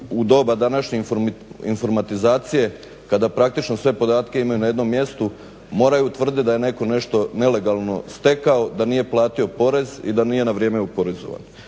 u doba današnje informatizacije kada praktično sve podatke imaju na jednom mjestu moraju utvrdit da je netko nešto nelegalno stekao, da nije platio porez i da nije na vrijeme oporezovan.